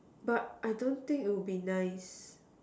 but I don't think it'll be nice